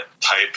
type